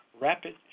rapid